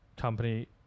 company